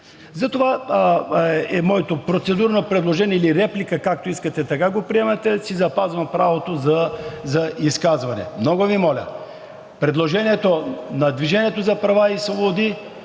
Затова е моето процедурно предложение или реплика – както искате, така го приемете, запазвам си правото за изказване. Много Ви моля, предложението на „Движение за права и свободи“